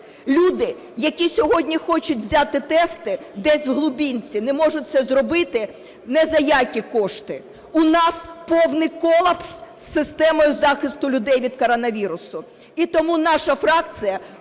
Люди, які сьогодні хочуть взяти тести десь в глибинці, не можуть це зробити ні за які кошти. У нас повний колапс із системою захисту людей від коронавірусу. І тому наша фракція